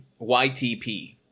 YTP